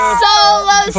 solo